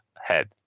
head